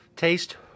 Taste